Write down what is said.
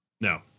No